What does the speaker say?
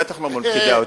בטח לא מול פקידי האוצר.